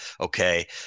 okay